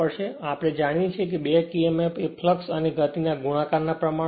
અને આપણે જાણીએ છીએ કે બેક emf એ ફ્લક્ષ અને ગતિના ગુણાકાર ના પ્રમાણમાં છે